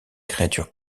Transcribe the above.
créature